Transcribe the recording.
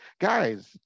Guys